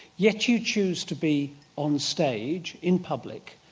yet you choose to be on stage, in public,